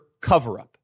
cover-up